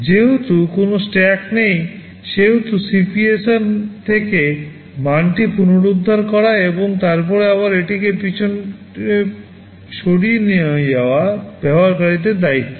যেহেতু কোনও স্ট্যাক নেই সেহেতু CPSR থেকে মানটি পুনরুদ্ধার করা এবং তারপরে আবার এটিকে পিছনে সরিয়ে নেওয়া ব্যবহারকারীদের দায়িত্ব